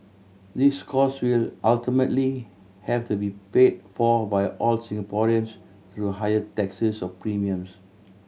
these cost will ultimately have to be paid for by all Singaporeans through higher taxes or premiums